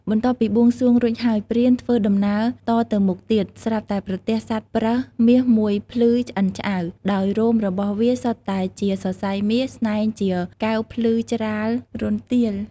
បន្ទាប់ពីបួងសួងរួចហើយ ព្រានធ្វើដំណើរតទៅមុខទៀត ស្រាប់តែប្រទះសត្វប្រើសមាសមួយភ្លឺឆ្អិនឆ្អៅ ដោយរោមរបស់វាសុទ្ធតែជាសរសៃមាស ស្នែងជាកែវភ្លឺច្រាលរន្ទាល។